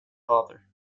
father